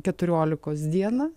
keturiolikos dieną